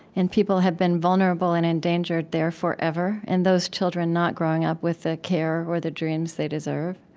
and people have been vulnerable and endangered there forever, and those children not growing up with the care or the dreams they deserve.